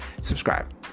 subscribe